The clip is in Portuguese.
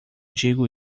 digo